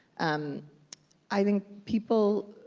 um i think people,